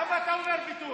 למה אתה אומר ויתור?